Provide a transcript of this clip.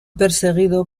perseguido